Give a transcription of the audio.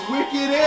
Wicked